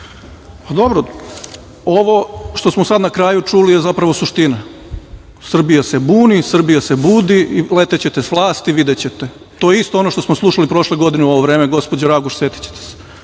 Dobro, ovo što smo sada na kraju čili je zapravo suština. Srbija se buni. Srbija se budi. Letećete sa vlasti. Videćete. To je isto ono što smo slušali prošle godine u ovo vreme, gospođo Raguš, setićete se.